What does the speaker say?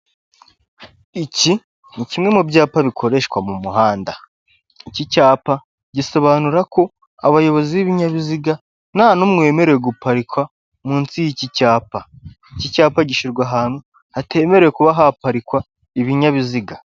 Iki ni kimwe mu byapa bikoreshwa mu muhanda, iki cyapa gisobanura ko abayobozi b'ibinyabiziga nta n'umwe wemerewe guparika munsi y'iki cyapa, iki cyapa gishyirwa ahantu hatemerewe kuba haparikwa ibinyabiziga.